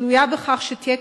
תלויה בכך שיהיה